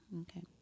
Okay